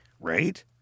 Right